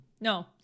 No